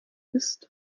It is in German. ist